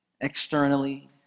externally